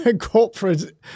corporate